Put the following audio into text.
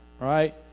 Right